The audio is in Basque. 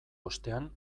ostean